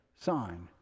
sign